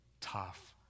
tough